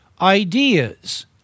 ideas